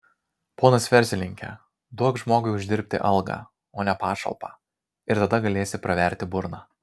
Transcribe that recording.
ponas verslininke duok žmogui uždirbti algą o ne pašalpą ir tada galėsi praverti burną